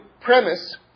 premise